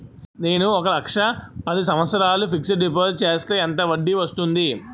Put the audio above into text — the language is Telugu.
నేను ఒక లక్ష పది సంవత్సారాలు ఫిక్సడ్ డిపాజిట్ చేస్తే ఎంత వడ్డీ వస్తుంది?